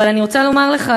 אבל אני רוצה לומר לך,